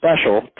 special